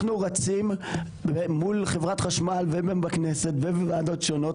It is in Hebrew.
אנחנו רצים מול חברת חשמל ובכנסת ובוועדות שונות,